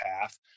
path